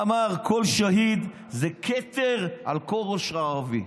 אמר: כל שהיד זה כתר על כל ראש ערבי.